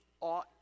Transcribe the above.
ought